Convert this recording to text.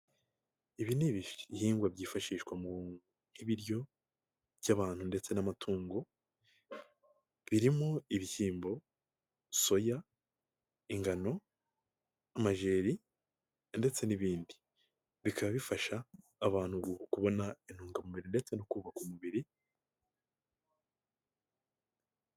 Ibi ni ibihingwa byifashishwa nk'ibiryo by'abantu ndetse n'amatungo birimo: ibishyimbo, soya, ingano, amajeri ndetse n'ibindi. Bikaba bifasha abantu kubona intungamubiri ndetse no kubaka umubiri...